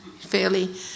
fairly